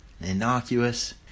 innocuous